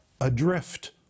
adrift